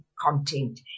content